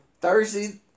Thursday